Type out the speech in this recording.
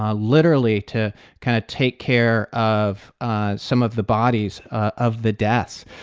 ah literally, to kind of take care of ah some of the bodies of the deaths.